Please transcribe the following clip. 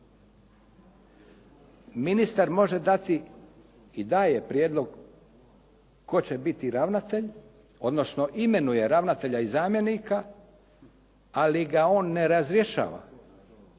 Ministar može dati i daje prijedlog tko će biti ravnatelj, odnosno imenuje ravnatelja i zamjenika, ali ga on ne razrješava,